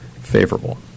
favorable